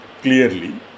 clearly